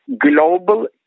Global